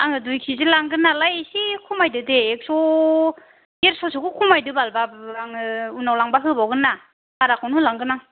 आङो दुइ केजि लांगोन नालाय एसे खमायदो दे एकस' देरस'सेखौ खमायदो बाल बाबु आङो उनाव लांब्ला होबावगोन ना बाराखौनो होलांगोन आं